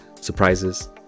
surprises